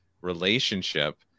relationship